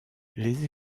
les